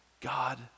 God